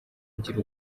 agira